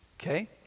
Okay